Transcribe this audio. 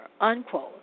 unquote